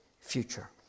future